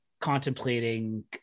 contemplating